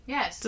Yes